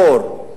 אור,